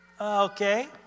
Okay